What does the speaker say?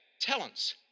talents